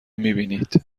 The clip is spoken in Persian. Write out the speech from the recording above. میبینید